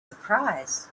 surprised